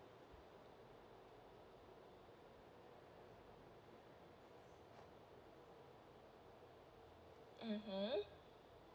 mmhmm